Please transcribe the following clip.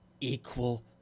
equal